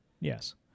Yes